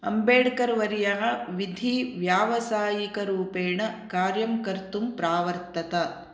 अम्बेड्कर् वर्यः विधिव्यावसायिकरूपेण कार्यं कर्तुं प्रावर्तत